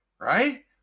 Right